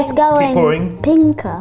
going going pink!